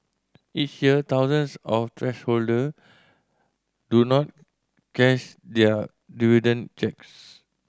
each year thousands of shareholder do not cash their dividend cheques